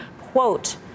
quote